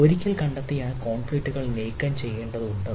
ഒരിക്കൽ കണ്ടെത്തിയ ആ കോൺഫ്ലിക്റ്റ്കൾ നീക്കംചെയ്യേണ്ടതുണ്ടെന്ന്